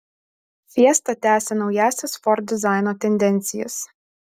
fiesta tęsia naująsias ford dizaino tendencijas